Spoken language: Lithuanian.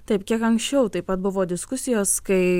taip kiek anksčiau taip pat buvo diskusijos kai